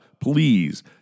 please